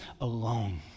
alone